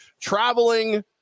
traveling